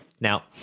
Now